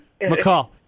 McCall